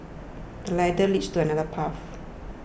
the ladder leads to another path